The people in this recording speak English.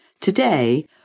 Today